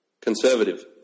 Conservative